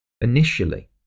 Initially